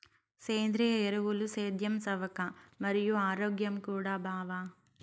సేంద్రియ ఎరువులు సేద్యం సవక మరియు ఆరోగ్యం కూడా బావ